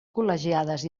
col·legiades